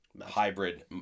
hybrid